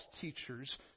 teachers